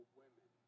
women